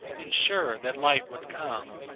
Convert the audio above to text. and sure that light would come,